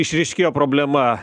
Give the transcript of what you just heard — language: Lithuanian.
išryškėjo problema